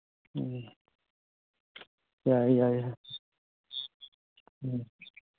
ꯎꯝ ꯌꯥꯏꯌꯦ ꯌꯥꯏꯌꯦ ꯎꯝ